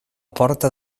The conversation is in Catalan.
porta